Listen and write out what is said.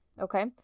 okay